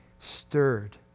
stirred